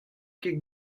ket